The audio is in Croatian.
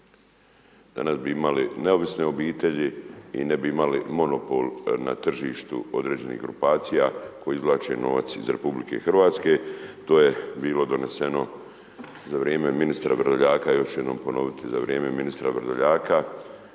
danas bi imali neovisne obitelji i ne bi imali monopol na tržištu određenih grupacija koje izvlače novac iz RH, to je bilo doneseno za vrijeme ministra Vrdoljaka,